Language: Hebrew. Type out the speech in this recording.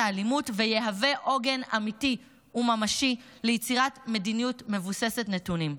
האלימות ותהווה עוגן אמיתי וממשי ליצירת מדיניות מבוססת נתונים.